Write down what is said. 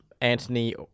Anthony